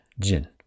jinn